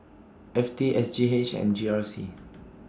F T S G H and G R C